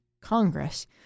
Congress